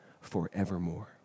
forevermore